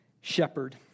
shepherd